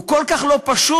הוא כל כך לא פשוט.